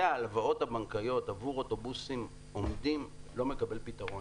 ההלוואות הבנקאיות עבור אוטובוסים עומדים לא מקבל פתרון.